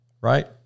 right